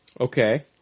Okay